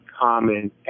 common